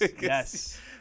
yes